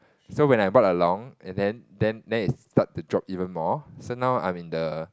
so when I bought a long and then then then it start to drop even more so now I'm in the